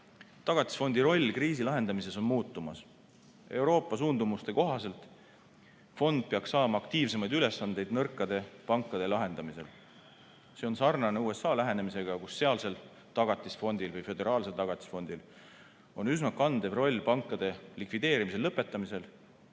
Tagatisfondi roll kriisilahendamises on muutumas. Euroopa suundumuste kohaselt fond peaks saama aktiivsemaid ülesandeid nõrkade pankade lahendamisel. See on sarnane USA lähenemisega, kus sealsel tagatisfondil või föderaalsel tagatisfondil on üsna kandev roll pankade likvideerimisel, lõpetamisel.